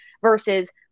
versus